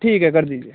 ठीक है कर दीजिए